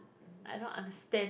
I don't understand